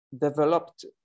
developed